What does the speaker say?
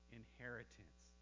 inheritance